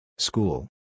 School